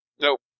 Nope